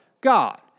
God